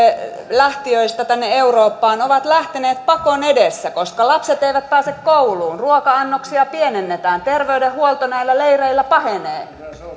lähtijöistä tänne eurooppaan ovat lähteneet pakon edessä koska lapset eivät pääse kouluun ruoka annoksia pienennetään terveydenhuolto näillä leireillä pahenee